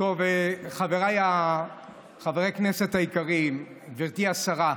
חבריי חברי הכנסת היקרים, גברתי השרה,